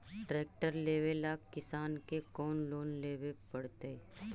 Tractor लेवेला किसान के कौन लोन लेवे पड़तई?